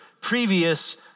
previous